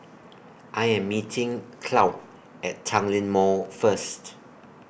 I Am meeting Claud At Tanglin Mall First